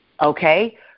okay